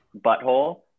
butthole